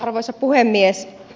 arvoisa puhemies